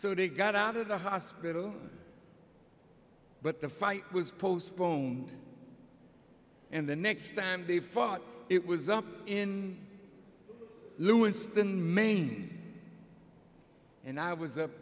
so they got out of the hospital but the fight was postponed and the next time they fought it was up in lewiston maine and i was up